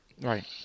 Right